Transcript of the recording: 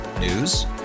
News